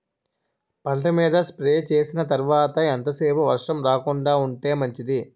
పంట మీద స్ప్రే చేసిన తర్వాత ఎంత సేపు వర్షం రాకుండ ఉంటే మంచిది?